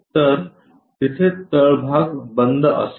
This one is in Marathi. तर तिथे तळभाग बंद असावा